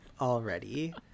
already